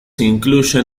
incluyen